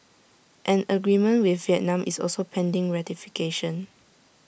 an agreement with Vietnam is also pending ratification